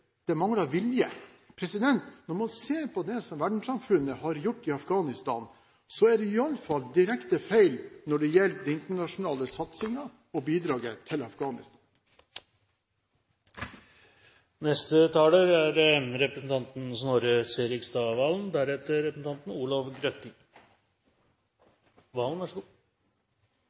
Mennesket mangler ikke styrke, det mangler vilje. Når man ser på det som verdenssamfunnet har gjort i Afghanistan, er det i alle fall direkte feil når det gjelder den internasjonale satsingen og bidraget til Afghanistan. Jeg vil takke utenriksministeren for en god